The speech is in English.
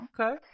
Okay